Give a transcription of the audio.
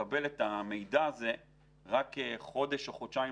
לקבל את המידע הזה רק חודש או חודשיים